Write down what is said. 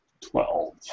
Twelve